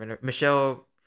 Michelle